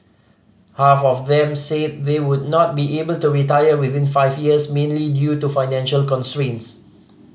half of them said they would not be able to retire within five years mainly due to financial constraints